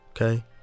okay